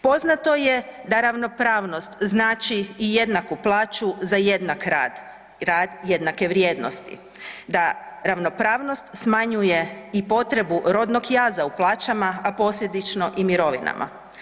Poznato je da ravnopravnost znači i jednaku plaću za jednak rad, rad jednake vrijednosti, da ravnopravnost smanjuje i potrebu rodnog jaza u plaćama, a posljedično i mirovinama.